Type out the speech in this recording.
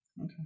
Okay